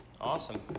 Awesome